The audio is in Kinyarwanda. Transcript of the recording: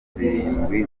zirindwi